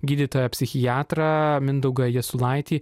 gydytoją psichiatrą mindaugą jasulaitį